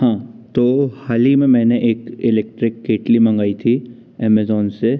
हाँ तो हाल ही में मैंने एक इलेक्ट्रिक केतली मंगाई थी एमेज़ॉन से